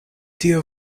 tio